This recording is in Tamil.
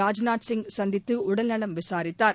ராஜ்நாத் சிங் சந்தித்தஉடல்நலம் விசாரித்தார்